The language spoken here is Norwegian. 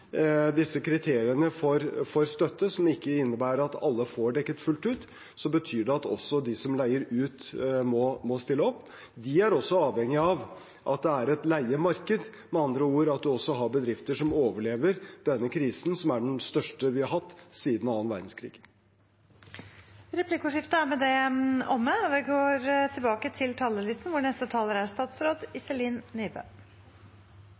disse kriteriene for støtte, som innebærer at ikke alle får dekket alt fullt ut, betyr at også de som leier ut, må stille opp. De er avhengige av at det er et leiemarked, med andre ord at man har bedrifter som overlever denne krisen, som er den største vi har hatt siden annen verdenskrig. Replikkordskiftet er dermed omme. For næringslivet handler det vanligvis om å tjene penger. Og godt er det, for det er jo pengene som er